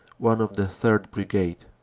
one of the third. brigade.